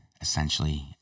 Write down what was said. essentially